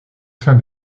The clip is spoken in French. sein